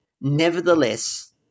nevertheless